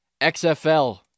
XFL